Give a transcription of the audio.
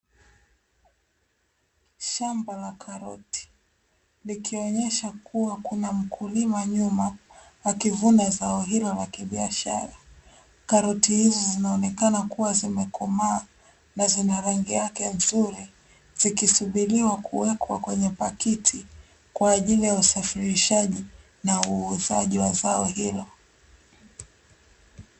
Shamba la karoti, likionyesha kuwa kuna mkulima nyuma akivuna zao hilo la kibiashara. Karoti hizi zinaonekana kuwa zimekomaa na zina rangi yake nzuri, zikisubiriwa kuwekwa kwenye pakiti, kwa ajili ya usafirishaji na uuzaji wa zao hilo.